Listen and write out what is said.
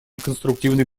конструктивный